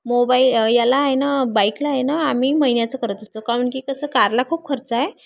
mobile याला आहे ना बाईकला आहे ना आम्ही महिन्याचा करत असतो कारण की कसं कारला खूप खर्च आहे